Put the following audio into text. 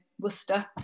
Worcester